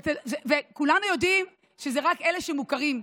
וכולנו יודעים שזה רק אלה שמוכרים.